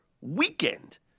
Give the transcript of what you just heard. weekend